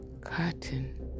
cotton